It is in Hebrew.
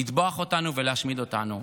לטבוח בנו ולהשמיד אותנו.